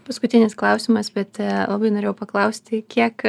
paskutinis klausimas bet labai norėjau paklausti kiek